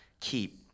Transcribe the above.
keep